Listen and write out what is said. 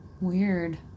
Weird